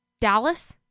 Dallas